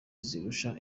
zirusha